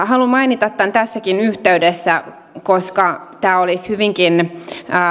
haluan mainita tämän tässäkin yhteydessä koska tämä olisi hyvinkin